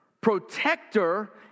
protector